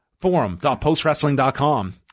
forum.postwrestling.com